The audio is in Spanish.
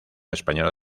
española